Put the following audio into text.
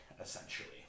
essentially